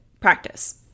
Practice